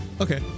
Okay